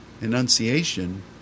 enunciation